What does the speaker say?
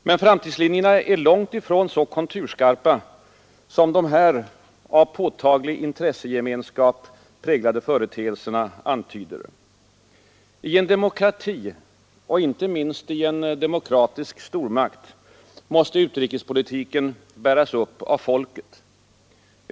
Men framtidslinjerna är långtifrån så konturskarpa som dessa av påtaglig intressegemenskap präglade företeelser antyder. I en demokrati — och inte minst inom en demokratisk stormakt — måste utrikespolitiken bäras upp av folket.